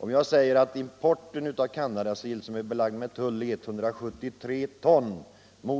Om jag nämner att importen av Canadasill, som nu är belagd med tull, uppgår till 173 ton, medan